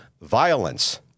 violence